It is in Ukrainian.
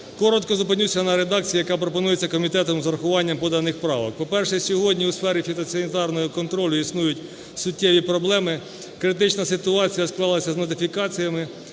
Коротко зупинюся на редакції, яка пропонується комітетом з урахуванням поданих правок. По-перше, сьогодні у сфері фітосанітарного контролю існують суттєві проблеми. Критична ситуація склалася з модифікаціями.